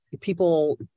people